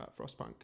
Frostpunk